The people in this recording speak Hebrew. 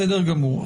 בסדר גמור.